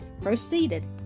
proceeded